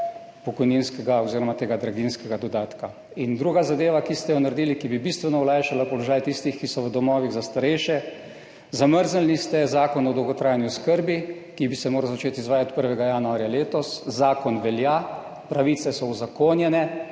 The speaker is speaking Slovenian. pokojninskega oziroma tega draginjskega dodatka. In druga zadeva, ki ste jo naredili, ki bi bistveno olajšala položaj tistih, ki so v domovih za starejše, zamrznili ste Zakon o dolgotrajni oskrbi, ki bi se moral začeti izvajati 1. januarja letos. Zakon velja, pravice so uzakonjene,